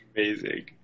Amazing